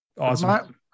awesome